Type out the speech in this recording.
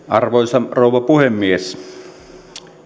arvoisa rouva puhemies